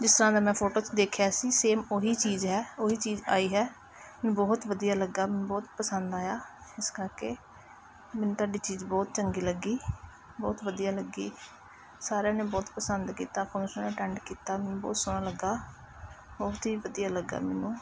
ਜਿਸ ਤਰ੍ਹਾਂ ਦਾ ਮੈਂ ਫੋਟੋ 'ਚ ਦੇਖਿਆ ਸੀ ਸੇਮ ਉਹੀ ਚੀਜ਼ ਹੈ ਉਹੀ ਚੀਜ਼ ਆਈ ਹੈ ਮੈਨੂੰ ਬਹੁਤ ਵਧੀਆ ਲੱਗਾ ਮੈਨੂੰ ਬਹੁਤ ਪਸੰਦ ਆਇਆ ਇਸ ਕਰਕੇ ਮੈਨੂੰ ਤੁਹਾਡੀ ਚੀਜ਼ ਬਹੁਤ ਚੰਗੀ ਲੱਗੀ ਬਹੁਤ ਵਧੀਆ ਲੱਗੀ ਸਾਰਿਆਂ ਨੇ ਬਹੁਤ ਪਸੰਦ ਕੀਤਾ ਫੰਕਸ਼ਨ ਅਟੈਂਡ ਕੀਤਾ ਮੈਨੂੰ ਬਹੁਤ ਸੋਹਣਾ ਲੱਗਾ ਬਹੁਤ ਹੀ ਵਧੀਆ ਲੱਗਾ ਮੈਨੂੰ